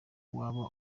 waba